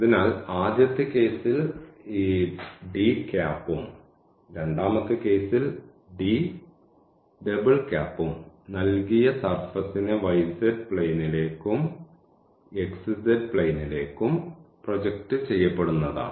അതിനാൽ ആദ്യത്തെ കേസിൽ ഈ ഉം രണ്ടാമത്തെ സന്ദർഭത്തിൽ ഉം നൽകിയ സർഫസിനെ yz പ്ലെയിനിലേക്കും xz പ്ലെയിനിലേക്കും പ്രൊജക്റ്റ് ചെയ്യപ്പെടുന്നതാണ്